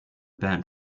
band